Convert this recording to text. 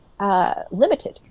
Limited